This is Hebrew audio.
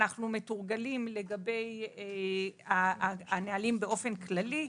אנחנו מתורגלים לגבי הנהלים באופן כללי,